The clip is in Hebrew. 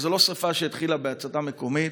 זאת לא שרפה שהתחילה בהצתה מקומית.